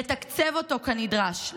לתקצב אותו כנדרש,